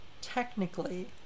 technically